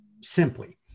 simply